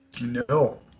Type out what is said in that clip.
No